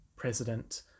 president